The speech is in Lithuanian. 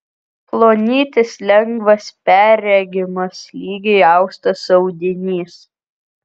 plonytis lengvas perregimas lygiai austas audinys